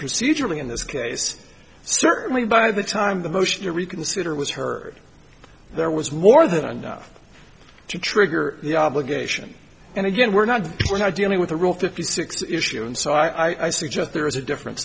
procedurally in this case certainly by the time the motion to reconsider was heard there was more than enough to trigger the obligation and again we're not we're not dealing with a real fifty six issue and so i suggest there is a difference